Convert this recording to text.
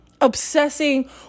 obsessing